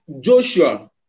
Joshua